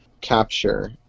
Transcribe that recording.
capture